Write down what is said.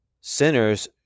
sinners